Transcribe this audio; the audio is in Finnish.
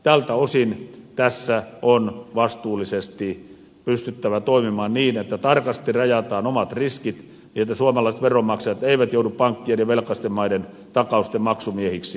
tältä osin tässä on vastuullisesti pystyttävä toimimaan niin että tarkasti rajataan omat riskit niin että suomalaiset veronmaksajat eivät joudu pankkien ja velkaisten maiden takausten maksumiehiksi